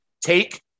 Take